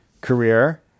career